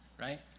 Right